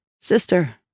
sister